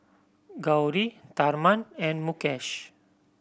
Gauri Tharman and Mukesh